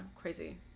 crazy